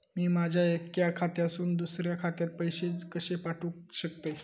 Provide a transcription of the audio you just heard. मी माझ्या एक्या खात्यासून दुसऱ्या खात्यात पैसे कशे पाठउक शकतय?